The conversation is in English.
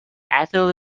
ethyl